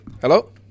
Hello